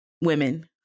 women